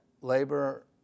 labor